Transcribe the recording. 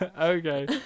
Okay